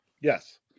Yes